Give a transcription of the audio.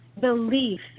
belief